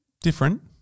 Different